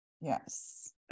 yes